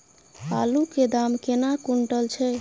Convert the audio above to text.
आलु केँ दाम केना कुनटल छैय?